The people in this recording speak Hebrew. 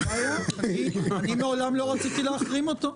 אין בעיה, אני מעולם לא רציתי להחרים אותו.